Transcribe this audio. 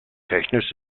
technisch